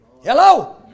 Hello